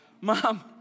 Mom